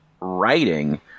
writing